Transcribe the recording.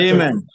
Amen